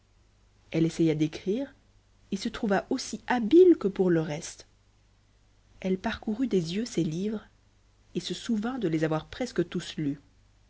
elle essaya d'écrire et se trouva aussi habile que pour le reste elle parcourut des yeux ses livres et se souvint de les avoir presque tous lus